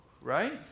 Right